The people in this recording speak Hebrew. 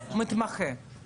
אם